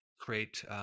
create